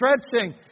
stretching